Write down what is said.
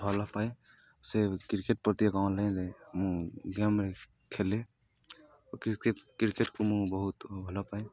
ଭଲ ପାଏ ସେ କ୍ରିକେଟ ପ୍ରତି କ ଅନ୍ଲାଇନ୍ରେ ମୁଁ ଗେମ୍ରେ ଖେଳେ କିକେଟ କ୍ରିକେଟକୁ ମୁଁ ବହୁତ ଭଲ ପାଏ